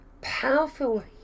powerful